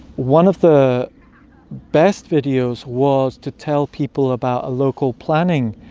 one of the best videos was to tell people about a local planning